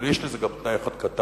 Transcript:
אבל יש לזה גם תנאי אחד קטן: